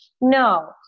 No